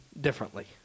differently